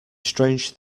strange